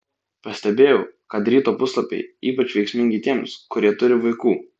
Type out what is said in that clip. pastebėjau kad ryto puslapiai ypač veiksmingi tiems kurie turi vaikų